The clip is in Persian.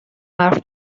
حرف